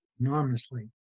enormously